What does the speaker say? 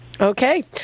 Okay